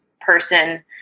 person